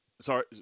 Sorry